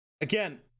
Again